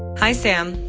hi, sam.